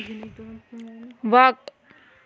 وق